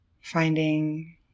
finding